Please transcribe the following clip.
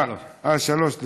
אה, סליחה שלוש.